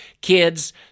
kids